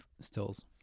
stills